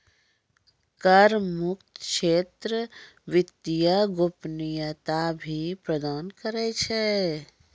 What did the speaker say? कर मुक्त क्षेत्र वित्तीय गोपनीयता भी प्रदान करै छै